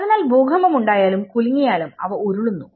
അതിനാൽ ഭൂകമ്പം ഉണ്ടായാലും കുലുങ്ങിയാലും അവ ഉരുളുന്നു